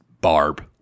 Barb